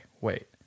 Wait